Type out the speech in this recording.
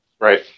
Right